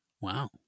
Wow